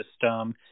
system